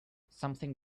something